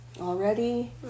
already